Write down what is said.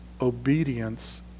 obedience